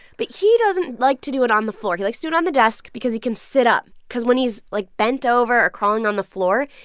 but he doesn't like to do it on the floor. he likes to do it on the desk because he can sit up because when he's, like, bent over or crawling on the floor,